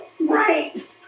Right